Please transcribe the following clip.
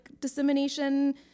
dissemination